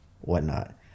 whatnot